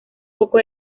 poco